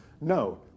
No